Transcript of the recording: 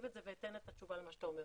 את זה ואתן את התשובה למה שאתה אומר.